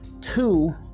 Two